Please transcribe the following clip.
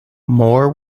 moore